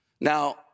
Now